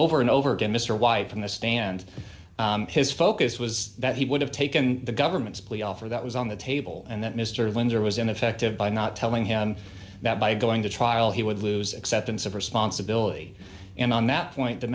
over and over again mr white from the stand his focus was that he would have taken the government's plea offer that was on the table and that mr windsor was ineffective by not telling him that by going to trial he would lose acceptance of responsibility and on that point the